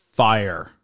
fire